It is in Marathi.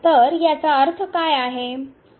तर याचा अर्थ काय आहे